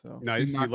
nice